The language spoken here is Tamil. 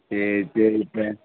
சரி சரி இப்போ